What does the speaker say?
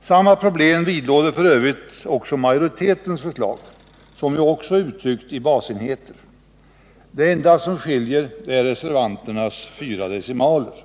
Samma problem vidlåder f. ö. också majoritetens förslag, som också är uttryckt i basenheter. Det enda som skiljer är reservanternas fyra decimaler.